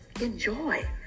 enjoy